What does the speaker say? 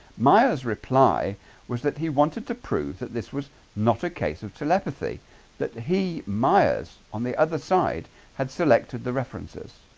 maya's reply was that he wanted to prove that this was not a case of telepathy that he myers on the other side had selected the references